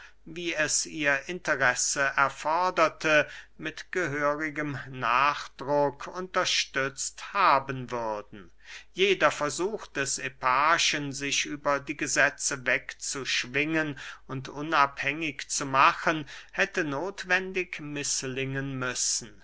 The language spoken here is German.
wie es ihr interesse erforderte mit gehörigem nachdruck unterstützt haben würden jeder versuch des eparchen sich über die gesetze wegzuschwingen und unabhängig zu machen hätte nothwendig mißlingen müssen